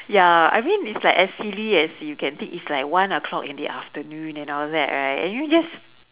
ya I mean it's like as silly as you can think it's like one o'clock in the afternoon and all that right and you just